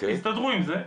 יסתדרו עם זה.